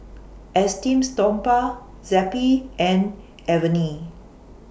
Esteem Stoma Zappy and Avene